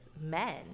men